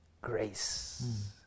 grace